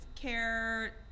care